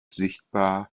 sichtbar